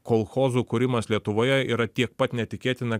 kolchozų kūrimas lietuvoje yra tiek pat netikėtina